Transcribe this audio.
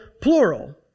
plural